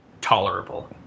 tolerable